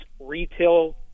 retail